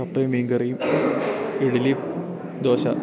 കപ്പയും മീൻ കറിയും ഇഡലി ദോശ